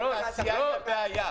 התעשייה היא הבעיה.